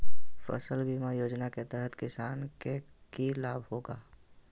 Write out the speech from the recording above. फसल बीमा योजना के तहत किसान के की लाभ होगा?